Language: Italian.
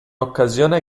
occasione